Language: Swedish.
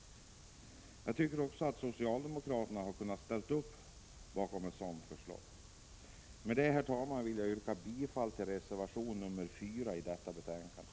Jag tycker att socialdemokraterna kunde ha ställt upp bakom ett sådant förslag. Med det, herr talman, vill jag yrka bifall till reservation 4 i detta betänkande.